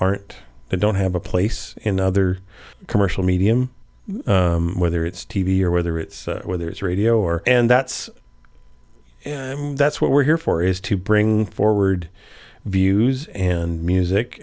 aren't don't have a place in other commercial medium whether it's t v or whether it's whether it's radio or and that's that's what we're here for is to bring forward views and music